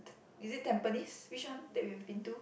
t~ is it Tampines which one that we've been to